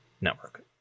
network